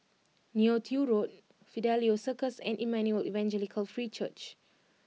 Neo Tiew Road Fidelio Circus and Emmanuel Evangelical Free Church